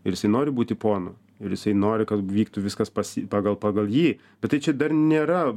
ir jisai nori būti ponu ir jisai nori kad vyktų viskas pas pagal pagal jį bet tai čia dar nėra